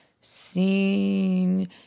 seen